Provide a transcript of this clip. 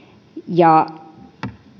ja